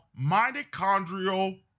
mitochondrial